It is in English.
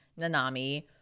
Nanami